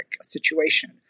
situation